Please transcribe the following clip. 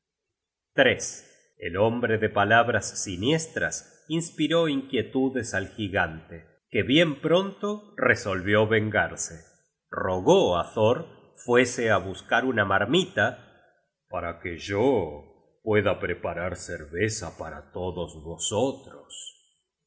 el hombre de palabras siniestras inspiró inquietudes al gigante que bien pronto resolvió vengarse rogó á thor fuese á buscar una marmita para que yo pueda preparar cerveza para todos vosotros